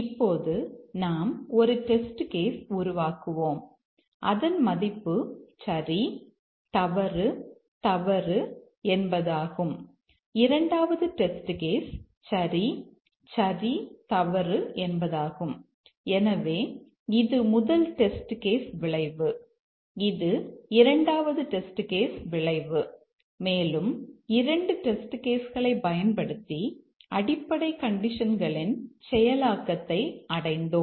இப்போது நாம் ஒரு டெஸ்ட் கேஸ் களைப் பயன்படுத்தி அடிப்படை கண்டிஷன்களின் செயலாக்கத்தை அடைந்தோம்